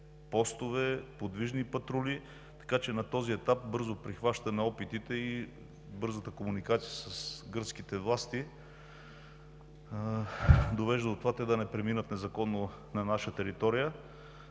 постове, подвижни патрули, така че на този етап бързо прихващаме опитите, и бързата комуникация с гръцките власти довежда до това те да не преминат незаконно на наша територия.